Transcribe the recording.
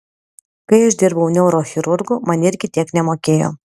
kai aš dirbau neurochirurgu man irgi tiek nemokėjo